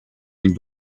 and